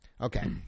Okay